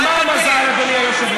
אבל מה המזל, אדוני היושב-ראש?